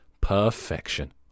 Perfection